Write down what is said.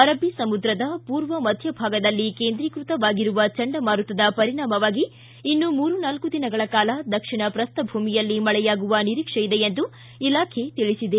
ಅರಬ್ಬ ಸಮುದ್ರದ ಪೂರ್ವ ಮಧ್ಯ ಭಾಗದಲ್ಲಿ ಕೇಂದ್ರೀತವಾಗಿರುವ ಚಂಡಮಾರುತದ ಪರಿಣಾಮವಾಗಿ ಇನ್ನೂ ಮೂರು ನಾಲ್ಕು ದಿನಗಳ ಕಾಲ ದಕ್ಷಿಣ ಪ್ರಸ್ತಭೂಮಿಯಲ್ಲಿ ಮಳೆಯಾಗುವ ನಿರೀಕ್ಷೆ ಇದೆ ಎಂದು ಇಲಾಖೆ ತಿಳಿಬದೆ